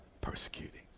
persecuting